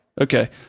Okay